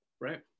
Right